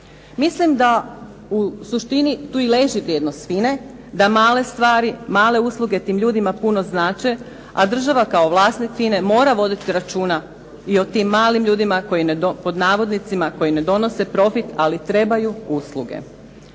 Mislim da u suštini tu i leži vrijednost FINA-e da male stvari, male usluge tim ljudima puno znače, a država kao vlasnik FINA-e mora voditi računa i o tim malim ljudima pod navodnicima koji ne donose profit ali trebaju usluge.